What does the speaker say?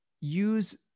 use